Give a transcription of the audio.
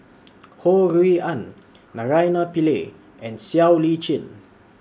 Ho Rui An Naraina Pillai and Siow Lee Chin